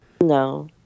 No